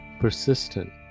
persistent